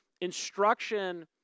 instruction